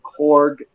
Korg